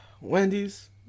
Wendy's